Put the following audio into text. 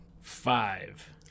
Five